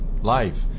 life